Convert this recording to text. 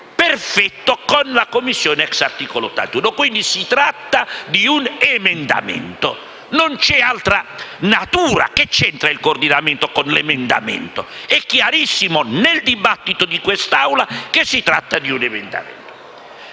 parere della Commissione *ex* articolo 81. Si tratta di un emendamento, non c'è altra natura. Che c'entra il coordinamento con l'emendamento? È chiarissimo dal dibattito di quest'Assemblea che si tratta di un emendamento.